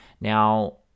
now